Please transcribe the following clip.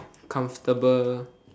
comfortable